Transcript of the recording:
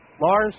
Lars